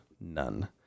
None